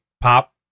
pop